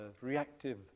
reactive